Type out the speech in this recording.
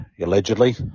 allegedly